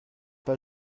pas